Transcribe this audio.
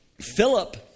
Philip